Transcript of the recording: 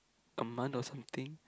a month or something